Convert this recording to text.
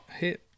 hit